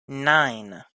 nine